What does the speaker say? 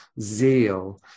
zeal